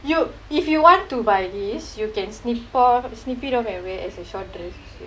you~ if you want to buy this you can snip o~ snip it off and wear as a short dress also